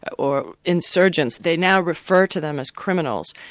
or insurgents, they now refer to them as criminals,